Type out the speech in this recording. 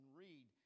read